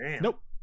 Nope